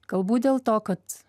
galbūt dėl to kad